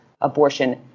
abortion